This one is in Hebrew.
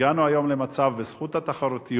הגענו היום למצב, בזכות התחרותיות,